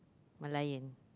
Merlion